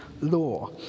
law